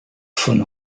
von